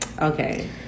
Okay